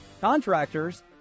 contractors